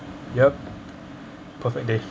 yup perfect day